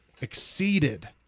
exceeded